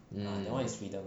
mm